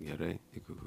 gerai iki